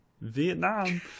Vietnam